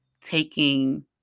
Taking